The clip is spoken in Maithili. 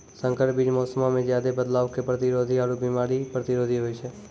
संकर बीज मौसमो मे ज्यादे बदलाव के प्रतिरोधी आरु बिमारी प्रतिरोधी होय छै